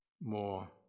more